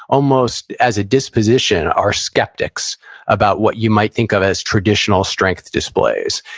almost as a disposition, are skeptics about what you might think of as traditional strength displays.